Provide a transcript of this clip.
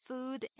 Food